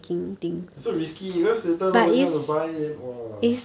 so risky because later nobody want to buy then !wah!